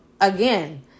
again